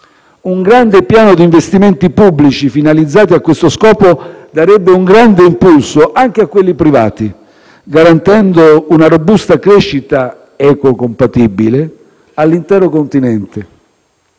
Un grande piano di investimenti pubblici, finalizzati a questo scopo, darebbe un grande impulso anche a quelli privati, garantendo una robusta crescita ecocompatibile all'intero continente.